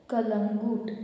Calangute